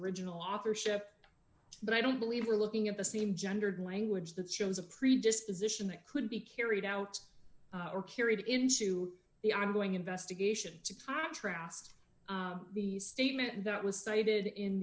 original authorship but i don't believe we're looking at the same gendered language that shows a predisposition that could be carried out or carried into the ongoing investigation to have trast the statement that was stated in